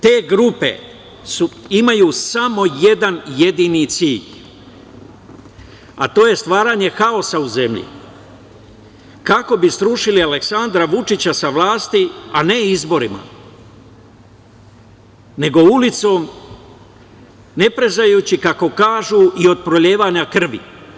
Te grupe imaju samo jedan jedini cilj, a to je stvaranje haosa u zemlji, kako bi srušili Aleksandra Vučića sa vlasti, a ne izborima, nego ulicom, ne prezajući kako kažu i od prolivanja krvi.